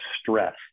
stress